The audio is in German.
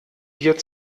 dir